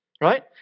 right